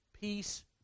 peace